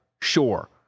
sure